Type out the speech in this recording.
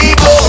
go